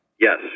Yes